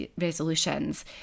resolutions